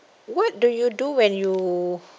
what do you do when you